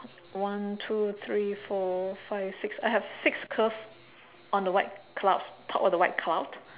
one two three four five six I have six curve on the white cloud's top of the white cloud